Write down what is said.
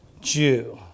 Jew